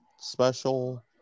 special